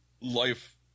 life